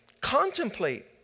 contemplate